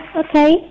okay